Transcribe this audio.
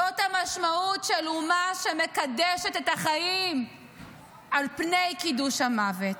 זאת המשמעות של אומה שמקדשת את החיים על פני קידוש המוות.